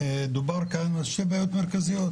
דובר פה על שתי בעיות מרכזיות.